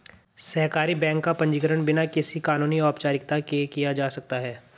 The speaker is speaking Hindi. सहकारी बैंक का पंजीकरण बिना किसी कानूनी औपचारिकता के किया जा सकता है